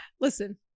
listen